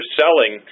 selling